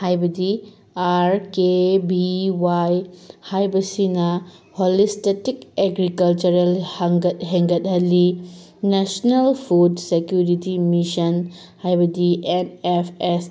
ꯍꯥꯏꯕꯗꯤ R K V Y ꯍꯥꯏꯕꯁꯤꯅ holistic agricultural ꯍꯦꯟꯒꯠꯍꯜꯂꯤ ꯅꯦꯁꯅꯦꯜ ꯐꯨꯠ ꯁꯦꯀ꯭ꯌꯨꯔꯤꯇꯤ ꯃꯤꯁꯟ ꯍꯥꯏꯕꯗꯤ ꯑꯦꯟ ꯑꯦꯐ ꯑꯦꯁ